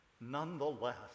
Nonetheless